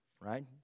right